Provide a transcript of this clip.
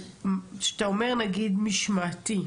כשאתה אומר משמעתי,